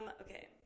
okay